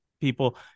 people